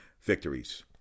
victories